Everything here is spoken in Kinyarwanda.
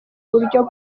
buryo